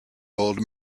old